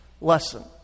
lesson